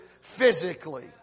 physically